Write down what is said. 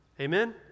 Amen